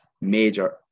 major